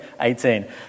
18